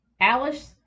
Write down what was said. Alice